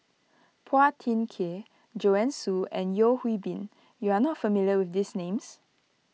Phua Thin Kiay Joanne Soo and Yeo Hwee Bin you are not familiar with these names